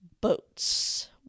Boats